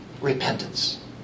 Repentance